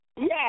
Yes